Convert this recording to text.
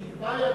שיקבע,